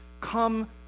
come